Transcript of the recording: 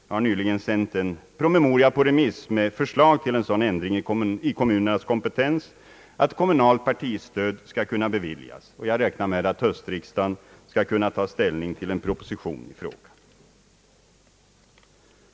Jag har nyligen sänt en promemoria på remiss med förslag till en sådan ändring i kommunernas kompetens, att kommunalt partistöd skall kunna beviljas, och jag räknar med att höstriksdagen skall kunna ta ställning till en proposition i frågan.